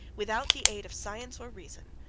without the aid of science or reason,